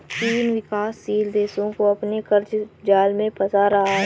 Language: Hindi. चीन विकासशील देशो को अपने क़र्ज़ जाल में फंसा रहा है